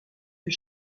fut